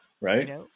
right